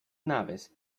naves